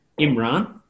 Imran